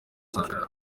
sankara